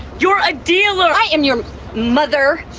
you are a dealer! i am your mother.